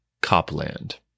Copland